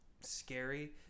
scary